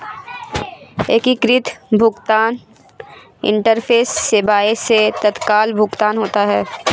एकीकृत भुगतान इंटरफेस सेवाएं से तत्काल भुगतान होता है